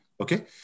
Okay